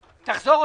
אתם מצביעים על